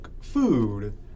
food